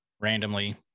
randomly